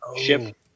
ship